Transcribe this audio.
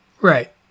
Right